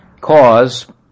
cause